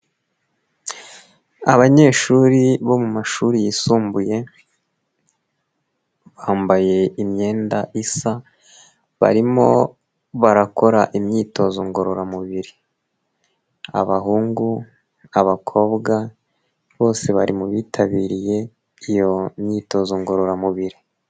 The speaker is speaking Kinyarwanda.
Abanyeshuri bo mu mashuri yisumbuye, bambaye imyenda isa, barimo barakora imyitozo ngororamubiri. Abahungu, abakobwa bose bari mu bitabiriye iyo myitozo ngororamubiri.